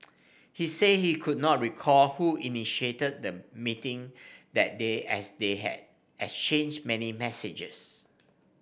he said he could not recall who initiated the meeting that day as they had exchanged many messages